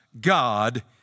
God